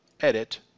Edit